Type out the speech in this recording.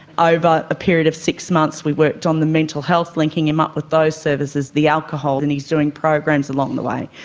over a period of six months we worked on the mental health, linking him up with those services, the alcohol, and he's doing programs along the way.